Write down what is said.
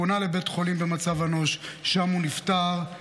הוא פונה לבית חולים במצב אנוש ושם הוא נפטר.